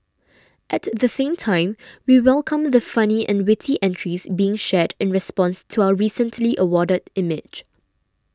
at the same time we welcome the funny and witty entries being shared in response to our recently awarded image